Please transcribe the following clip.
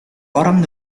orang